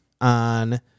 on